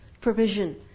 provision